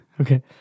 okay